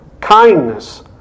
kindness